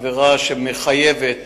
עבירה שמחייבת